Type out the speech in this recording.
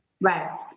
Right